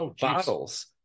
bottles